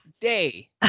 day